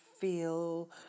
feel